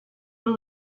del